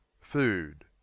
food